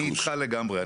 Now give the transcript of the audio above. אני איתך לגמרי.